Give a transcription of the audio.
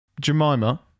Jemima